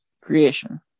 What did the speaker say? creation